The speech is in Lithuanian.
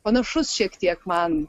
panašus šiek tiek man